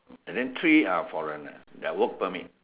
and then three are foreigners ya work permit